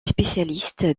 spécialiste